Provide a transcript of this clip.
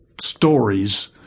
stories